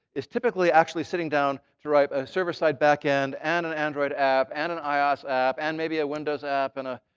is typically actually sitting down to write a server-side back-end and an android app and an ios app and maybe a windows app and a